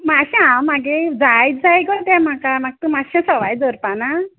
आसा हांव मागे जायत जाय गो तें म्हाका म्हाक माश्शें सवाय धरपा ना